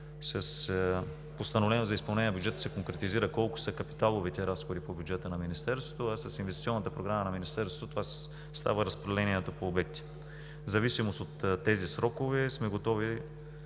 с Постановлението за изпълнение на бюджета се конкретизира колко са капиталовите разходи по бюджета на Министерството, а с инвестиционната програма на Министерството става разпределението по обекти. В зависимост от тези срокове сме готови